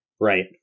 right